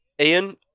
Ian